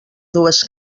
dues